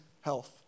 health